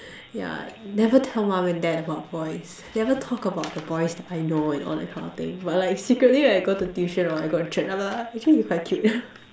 yeah never tell mom and dad about boys never talk about the boys that I know and all that kind of thing but like secretly when I go to tuition and or I go church I'm like actually he quite cute